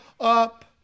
up